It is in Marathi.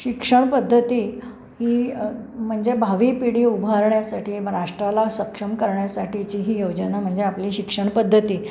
शिक्षण पद्धती ही म्हणजे भावी पिढी उभारण्यासाठी राष्ट्राला सक्षम करण्यासाठीची ही योजना म्हणजे आपली शिक्षण पद्धती